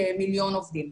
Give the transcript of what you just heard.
כמיליון עובדים.